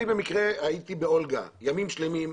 אני במקרה הייתי באולגה ימים שלמים.